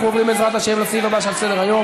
אנחנו עוברים, בעזרת השם, לסעיף הבא שעל סדר-היום.